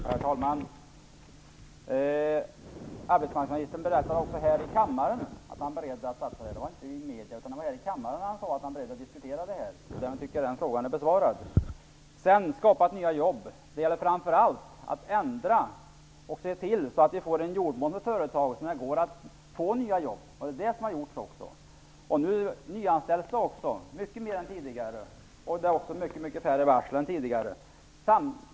Herr talman! Arbetsmarknadsministern berättade också här i kammaren att han är beredd att diskutera ROT. Det var inte i medierna, utan det var här i kammaren han sade det. Därmed är den frågan besvarad. När det gäller frågan om att skapa nya jobb kan jag säga att det framför allt gäller att se till att vi får en jordmån för företag, så att det går att få fram nya jobb. Det har också gjorts. Nu nyanställs det många fler än tidigare. Det är också mycket färre varsel än tidigare.